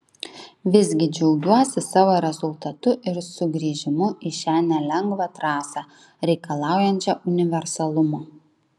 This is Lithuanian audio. visgi džiaugiuosi savo rezultatu ir sugrįžimu į šią nelengvą trasą reikalaujančią universalumo